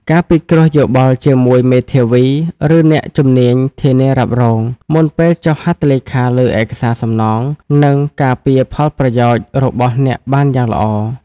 ការពិគ្រោះយោបល់ជាមួយ មេធាវី ឬអ្នកជំនាញធានារ៉ាប់រង មុនពេលចុះហត្ថលេខាលើឯកសារសំណង នឹងការពារផលប្រយោជន៍របស់អ្នកបានយ៉ាងល្អ។